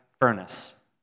furnace